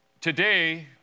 today